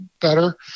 better